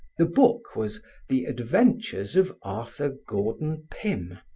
the book was the adventures of arthur gordon pym,